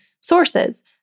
sources